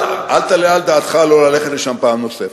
אל תעלה על דעתך לא ללכת לשם פעם נוספת.